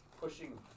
pushing